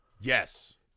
Yes